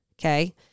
Okay